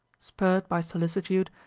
spurred by solicitude,